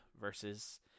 versus